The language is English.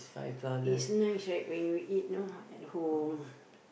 is nice right when you eat you know at home